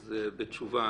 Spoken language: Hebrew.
אז בתשובה,